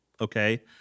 Okay